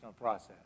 process